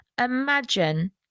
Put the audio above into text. Imagine